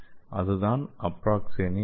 அதுதான் அப்ராக்ஸேனின் நன்மை